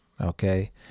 Okay